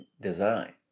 design